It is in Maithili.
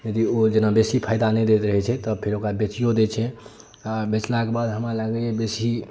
यदि ओ जेना बेसी फायदा नहि दैत रहै छै तऽ फेर ओकरा बेचियो दै छै आ बेचलाके बाद हमरा लागैया बेसी